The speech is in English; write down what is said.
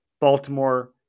Baltimore